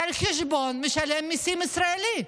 זה על חשבון משלם המיסים הישראלי.